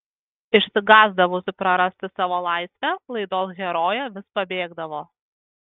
išsigąsdavusi prarasti savo laisvę laidos herojė vis pabėgdavo